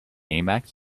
emacs